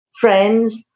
friends